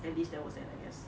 at least that was that I guess